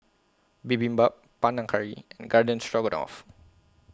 Bibimbap Panang Curry and Garden Stroganoff